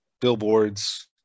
Billboards